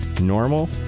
Normal